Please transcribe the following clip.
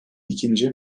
ikinci